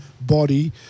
body